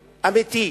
אמיתי.